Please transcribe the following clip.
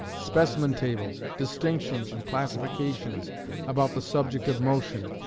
specimen tables, distinctions and classifications about the subject of motion,